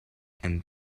and